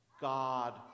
God